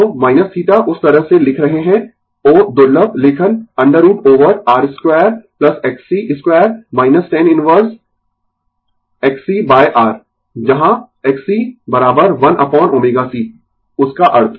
तो θ उस तरह से लिख रहे है o दुर्लभ लेखन √ over R 2Xc2 tan inverse Xc R जहाँ Xc 1 अपोन ω c उसका अर्थ